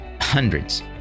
hundreds